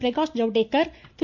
Prakash Javadekar Thiru